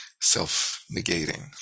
self-negating